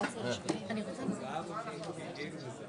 חלק מהחברים ביקשו ממני לקיים את הדיון הזה.